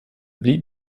blieb